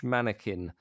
Mannequin